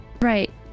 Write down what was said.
Right